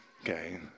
okay